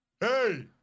Hey